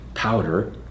Powder